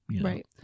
Right